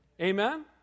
Amen